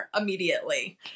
immediately